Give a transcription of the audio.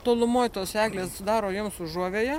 tolumoj tos eglės sudaro jiems užuovėją